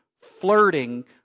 flirting